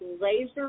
laser